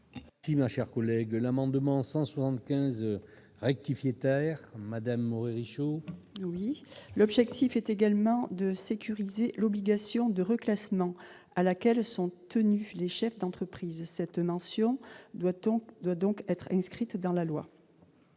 Si ma chère collègue de l'amendement 175 rectifier Taher Madame Maury Show. Oui, l'objectif est également de sécuriser l'obligation de reclassement à laquelle sont tenus, les chefs d'entreprise cette mention doit on doit donc être inscrite dans la loi.